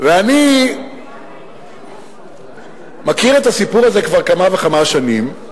ואני מכיר את הסיפור הזה כבר כמה וכמה שנים,